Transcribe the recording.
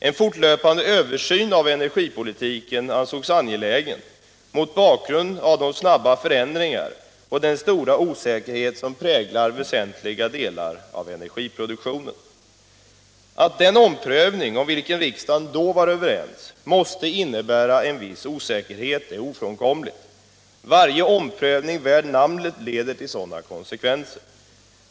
En fortlöpande översyn av energipolitiken ansågs angelägen mot bakgrund av de snabba förändringar och den stora osäkerhet som präglar väsentliga delar av energiproduktionen. Att den omprövning om vilken riksdagen då var överens måste innebära någon osäkerhet är ofrånkomligt. Varje omprövning värd namnet leder till sådana konsekvenser.